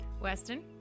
Weston